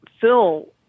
Phil